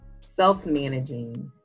self-managing